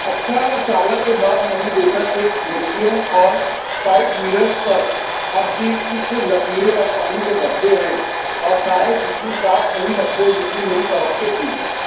اچھا ہوا شاور کے بعد میں نے دیکھا کہ کھڑکیوں اور سائڈ مررس پر اب بھی کچھ لکیریں اور پانی کے دھبے ہیں اور ٹائر اتنے صاف نہیں لگتے ہیں جتنی میری توقع تھی